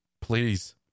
Please